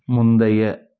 முந்தைய